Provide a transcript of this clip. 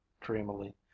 dreamily